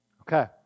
Okay